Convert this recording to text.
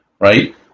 right